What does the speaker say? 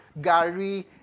gari